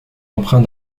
emprunt